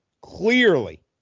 clearly